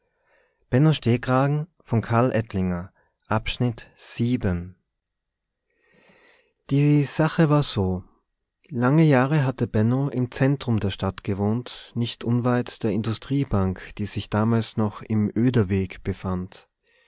die sache war so lange jahre hatte benno im zentrum der stadt gewohnt nicht unweit der industriebank die sich damals noch im oederweg befand